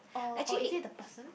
or or is it the person